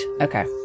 okay